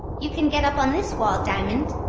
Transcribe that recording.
you can get up on this wall, diamond,